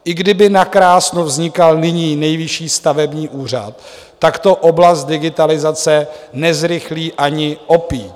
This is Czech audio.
I kdyby nakrásně vznikl nyní Nejvyšší stavební úřad, tak to oblast digitalizace nezrychlí ani o píď.